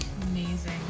Amazing